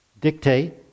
dictate